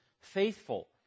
faithful